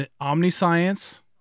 Omniscience